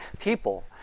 people